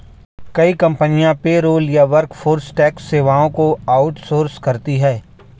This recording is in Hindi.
कई कंपनियां पेरोल या वर्कफोर्स टैक्स सेवाओं को आउट सोर्स करती है